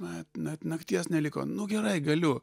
na na nakties neliko nu gerai galiu